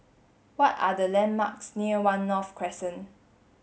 what are the landmarks near One North Crescent